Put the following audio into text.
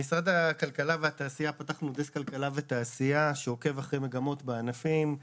פתחנו דסק במשרד הכלכלה והתעשייה שעוקב אחרי מגמות וענפים.